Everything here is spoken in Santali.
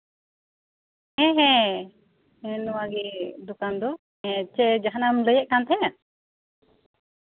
ᱦᱮᱸ ᱦᱮᱸ ᱱᱚᱣᱟ ᱜᱮ ᱫᱳᱠᱟᱱ ᱫᱚ ᱪᱮᱫ ᱡᱟᱸᱦᱟᱱᱟᱜ ᱮᱢ ᱞᱟᱹᱭᱮᱫ ᱛᱟᱸᱦᱮᱱ